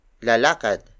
Lalakad